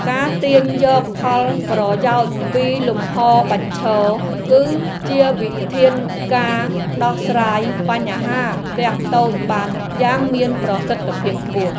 ការទាញយកផលប្រយោជន៍ពីលំហរបញ្ឈរគឺជាវិធានការដោះស្រាយបញ្ហាផ្ទះតូចបានយ៉ាងមានប្រសិទ្ធភាពខ្ពស់។